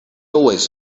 always